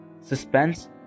suspense